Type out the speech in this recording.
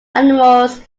animals